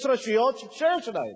יש רשויות שיש להן.